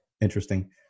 interesting